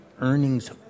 earnings